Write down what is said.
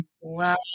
Wow